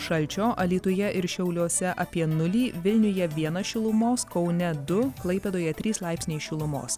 šalčio alytuje ir šiauliuose apie nulį vilniuje vienas šilumos kaune du klaipėdoje trys laipsniai šilumos